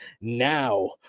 now